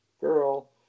girl